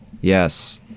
Yes